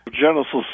Genesis